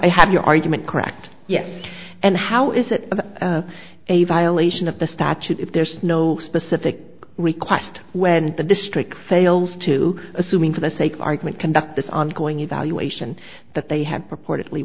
i have your argument cracked yes and how is it a violation of the statute if there's no specific request when the district fails to assuming for the sake of argument conduct this ongoing evaluation that they have purportedly